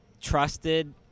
trusted